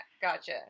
Gotcha